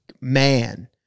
man